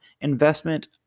investment